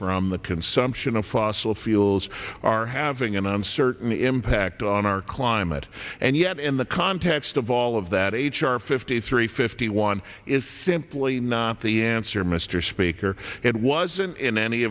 from the consumption of fossil fuels are having an uncertain impact on our climb and yet in the context of all of that h r fifty three fifty one is simply not the answer mr speaker it wasn't in any